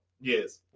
yes